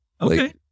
Okay